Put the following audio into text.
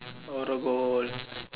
I want to go